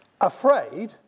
afraid